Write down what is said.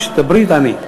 כשתדברי, תעני.